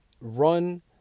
run